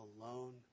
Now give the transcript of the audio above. alone